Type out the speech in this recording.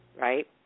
right